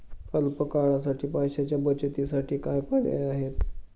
अल्प काळासाठी पैशाच्या बचतीसाठी काय पर्याय आहेत?